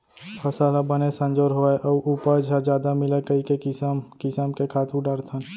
फसल ह बने संजोर होवय अउ उपज ह जादा मिलय कइके किसम किसम के खातू डारथन